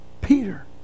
Peter